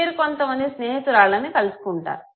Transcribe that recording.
మీరు కొంత మంది స్నేహితురాళ్ళని కలుసుకుంటారు